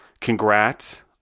congrats